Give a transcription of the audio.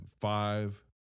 five